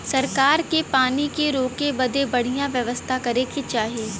सरकार के पानी के रोके बदे बढ़िया व्यवस्था करे के चाही